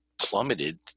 plummeted